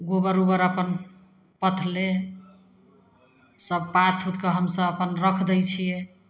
गोबर उबर अपन पथलै सब पाथ उथ कऽ हमसब अपन राखि दै छियै